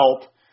help